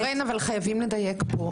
שרן, חייבים לדייק פה.